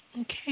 Okay